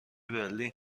برلین